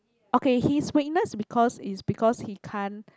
okay his weakness because is because he can't